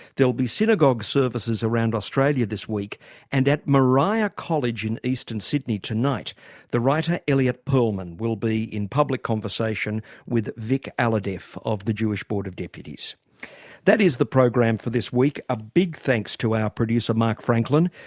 there'll be synagogue services around australia this week and at moriah college in eastern sydney tonight the writer elliot perlman will be in public conversation with vic alhadeff of the jewish board of deputies. and that is the program for this week, a big thanks to ah producer mark franklin.